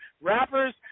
rappers